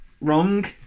Wrong